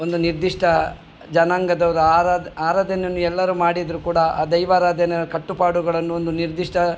ಒಂದು ನಿರ್ದಿಷ್ಟ ಜನಾಂಗದವರ ಆರಾಧನೆಯನ್ನು ಎಲ್ಲರು ಮಾಡಿದರು ಕೂಡ ಆ ದೈವಾರಾಧನೆ ಕಟ್ಟುಪಾಡುಗಳನ್ನು ಒಂದು ನಿರ್ದಿಷ್ಟ